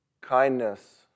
kindness